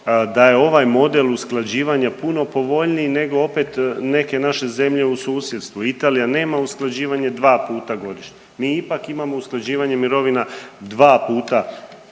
da je ovaj model usklađivanja puno povoljniji nego opet neke naše zemlje u susjedstvu. Italija nema usklađivanje dva puta godišnje, mi ipak imamo usklađivanje mirovina dva puta godišnje,